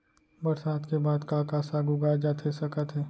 बरसात के बाद का का साग उगाए जाथे सकत हे?